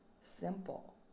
simple